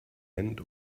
end